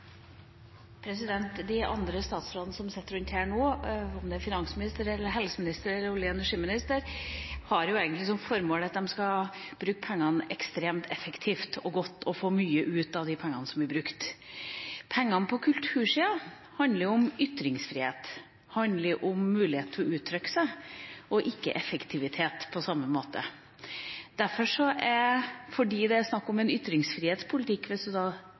finansminister, helseminister eller olje- og energiminister, har egentlig som formål å bruke pengene ekstremt effektivt og godt og få mye ut av pengene som blir brukt. Pengene på kultursiden handler om ytringsfrihet, om mulighet til å uttrykke seg. De handler ikke om effektivitet på samme måte. Fordi det er snakk om en ytringsfrihetspolitikk, hvis